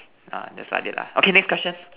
uh just like that lah okay next question